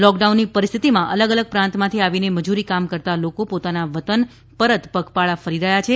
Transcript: લોક ડાઉનની પરિસ્થિતિમાં અલગ અલગ પ્રાંતમાથી આવીને મજૂરી કામ કરતા લોકો પોતાના વતન પરત પગપાળા ફરી રહ્યા છે